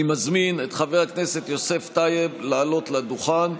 אני מזמין את חבר הכנסת יוסף טייב לעלות לדוכן.